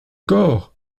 corps